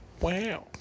Wow